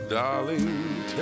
Darling